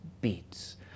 beats